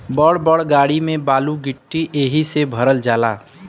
बड़ बड़ गाड़ी में बालू गिट्टी एहि से भरल जाला